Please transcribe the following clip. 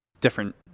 different